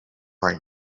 right